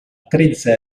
tretze